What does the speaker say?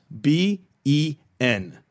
b-e-n